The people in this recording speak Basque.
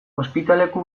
ospitaleko